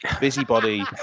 busybody